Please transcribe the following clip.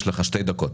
יש לך שתי דקות.